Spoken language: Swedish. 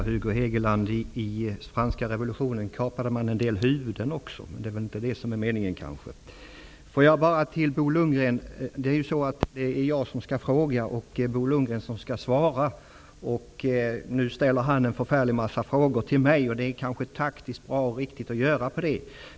Fru talman! I den franska revolutionen, Hugo Hegeland, kapade man också en del huvuden, och det är väl inte det som är meningen här. Till Bo Lundgren vill jag säga att det är jag som skall fråga och Bo Lundgren som skall svara. Nu ställer han en mängd frågor till mig, och det är kanske taktiskt riktigt.